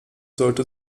sollte